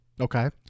Okay